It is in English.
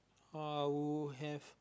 uh I would have